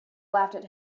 laughed